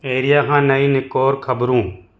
area खां नईं निकोर ख़बरूं